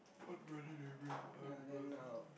what